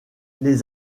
les